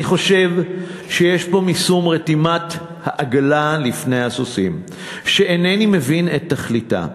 אני חושב שיש פה משום רתימת העגלה לפני הסוסים שאינני מבין את תכליתה.